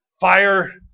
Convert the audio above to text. fire